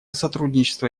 сотрудничество